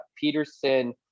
Peterson